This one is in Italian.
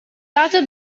dato